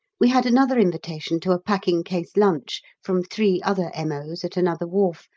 we had another invitation to a packing-case lunch from three other m o s at another wharf,